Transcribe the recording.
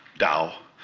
dow,